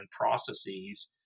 processes